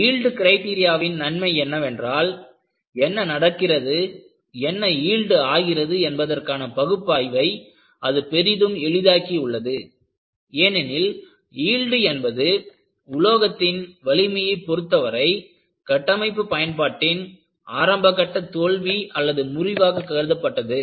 yield கிரைடீரியாவின் நன்மை என்னவென்றால் என்ன நடக்கிறது என்ன யீல்டு ஆகிறது என்பதற்கான பகுப்பாய்வை அது பெரிதும் எளிதாக்கியுள்ளது ஏனெனில் யீல்டு என்பது உலோகத்தின் வலிமையை பொறுத்த வரை கட்டமைப்பு பயன்பாட்டின் ஆரம்ப கட்ட தோல்வியாக முறிவாக கருதப்பட்டது